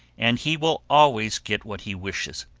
and he will always get what he wishes.